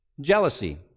jealousy